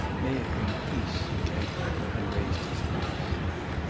may it bring peace, said clayton, and raised his glass.